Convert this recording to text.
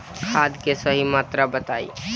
खाद के सही मात्रा बताई?